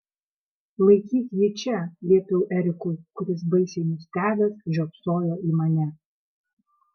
laikyk jį čia liepiau erikui kuris baisiai nustebęs žiopsojo į mane